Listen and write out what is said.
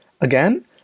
Again